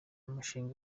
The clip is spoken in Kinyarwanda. umushinga